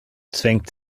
zwängt